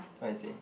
what he say